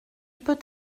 peut